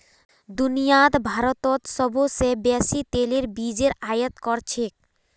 दुनियात भारतत सोबसे बेसी तेलेर बीजेर आयत कर छेक